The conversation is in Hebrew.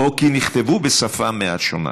או כי נכתבו בשפה מעט שונה,